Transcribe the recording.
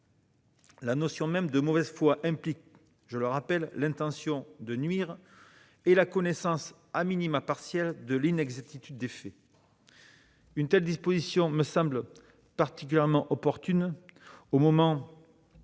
La notion même de mauvaise foi implique, pour rappel, l'intention de nuire et la connaissance, partielle, de l'inexactitude des faits. Une telle disposition me semble particulièrement opportune, à l'heure